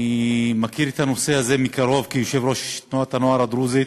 אני מכיר את הנושא הזה מקרוב כיושב-ראש תנועת הנוער הדרוזית.